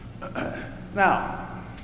Now